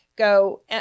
go